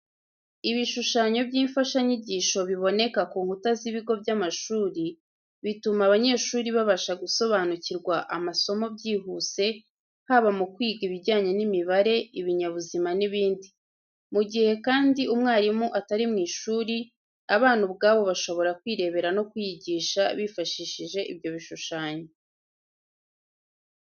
Ibishushanyo by’imfashanyigisho biboneka ku nkuta z'ibigo by'amashuri, bituma abanyeshuri babasha gusobanukirwa amasomo byihuse haba mu kwiga ibijyanye n’imibare, ibinyabuzima n’ibindi. Mu gihe kandi umwarimu atari mu ishuri, abana ubwabo bashobora kwirebera no kwiyigisha bifashishije ibyo bishushanyo.